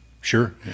Sure